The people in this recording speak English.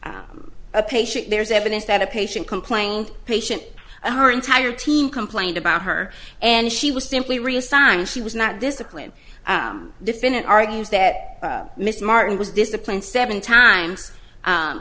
a patient there's evidence that a patient complained patient her entire team complained about her and she was simply reassigned she was not disciplined definit argues that mr martin was disciplined seven time